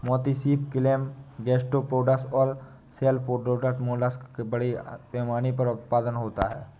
मोती सीप, clam, gastropods और सेफलोपोड्स मोलस्क का बड़े पैमाने पर उत्पादन होता है